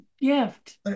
gift